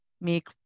make